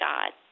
God